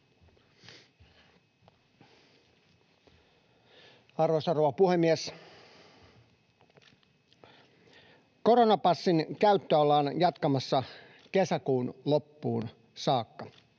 Arvoisa rouva puhemies! Koronapassin käyttöä ollaan jatkamassa kesäkuun loppuun saakka,